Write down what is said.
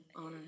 honor